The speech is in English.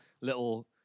little